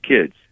kids